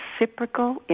reciprocal